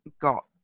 got